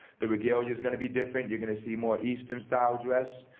the regalia is going to be different, you're going to see more eastern style dress.